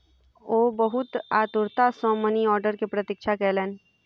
ओ बहुत आतुरता सॅ मनी आर्डर के प्रतीक्षा कयलैन